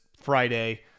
Friday